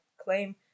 claim